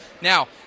Now